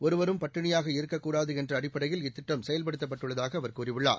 ஒருவரும் பட்டினியாக இருக்கக்கூடாது என்ற அடிப்படையில் இத்திட்டம் செயல்படுத்தப்பட்டுள்ளதாக அவர் கூறியுள்ளார்